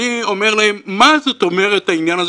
אני אומר להם: מה זאת אומרת העניין הזה